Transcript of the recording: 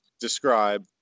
describe